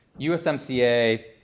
USMCA